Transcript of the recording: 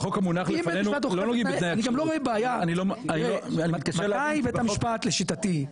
אני גם לא רואה בעיה, תראה מתי בית המשפט לשיטתי,